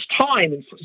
time